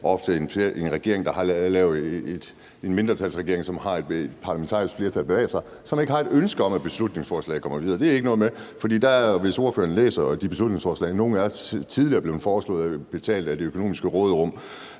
ofte en mindretalsregering, som har et parlamentarisk flertal bag sig – som ikke har et ønske om, at et beslutningsforslag kommer videre. Hvis ordføreren læser de beslutningsforslag, kan han se, at nogle af dem også tidligere er blevet foreslået finansieret af det økonomiske råderum.